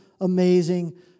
amazing